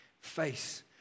face